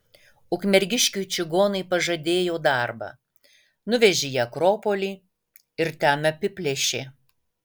ukmergiškiui čigonai pažadėjo darbą nuvežė į akropolį ir ten apiplėšė